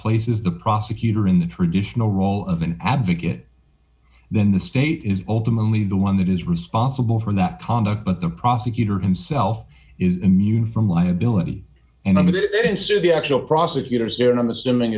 places the prosecutor in the traditional role of an advocate then the state is ultimately the one that is responsible for that conduct but the prosecutor himself is immune from liability and i'm going to the actual prosecutors and i'm assuming